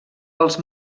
els